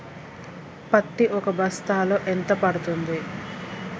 పత్తి ఒక బస్తాలో ఎంత పడ్తుంది?